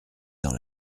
dans